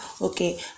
okay